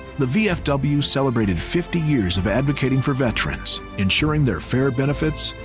the vfw celebrated fifty years of advocating for veterans, ensuring their fair benefits,